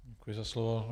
Děkuji za slovo.